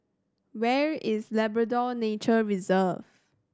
where is Labrador Nature Reserve